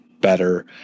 better